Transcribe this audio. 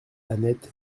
annette